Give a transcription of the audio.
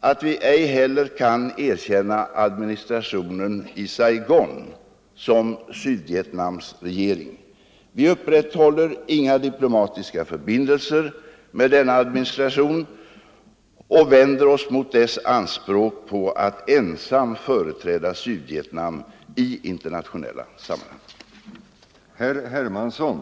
att vi ej heller kan erkänna administrationen i Saigon som Sydvietnams regering. Vi upprätthåller inga diplomatiska förbindelser med denna administration och vänder oss mot dess anspråk på att ensam företräda Sydvietnam i internationella sammanhang.